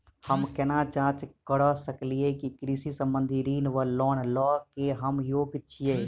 हम केना जाँच करऽ सकलिये की कृषि संबंधी ऋण वा लोन लय केँ हम योग्य छीयै?